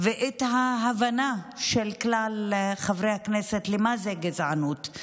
ואת ההבנה של כלל חברי הכנסת מה זה גזענות.